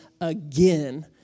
again